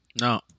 No